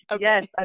Yes